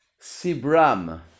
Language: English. sibram